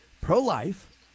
pro-life